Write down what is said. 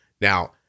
Now